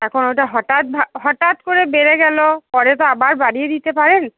এখন ওটা হটাৎ হঠাৎ করে বেড়ে গেলো পরে তো আবার বাড়িয়ে দিতে পারেন